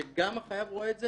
שגם החייב רואה את זה,